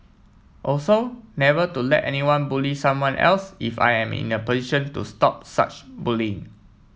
also never to let anyone bully someone else if I am in a position to stop such bullying